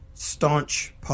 staunch